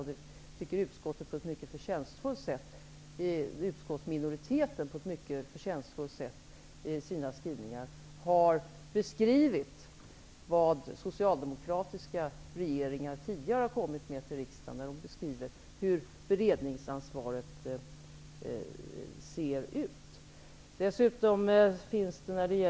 Jag tycker att utskottsminoriteten i sina skrivningar på ett mycket förtjänstfullt sätt har beskrivit vad socialdemokratiska regeringar tidigare har kommit med till riskdagen. Utskottsminoriteten beskriver alltså hur beredningsansvaret har sett ut.